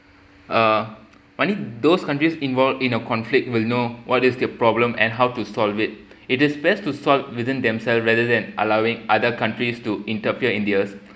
uh only those countries involved in a conflict will know what is their problem and how to solve it it is best to solve within themselves rather than allowing other countries to interfere in theirs